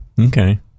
okay